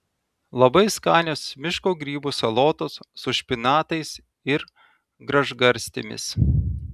labai skanios miško grybų salotos su špinatais ir gražgarstėmis